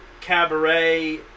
Cabaret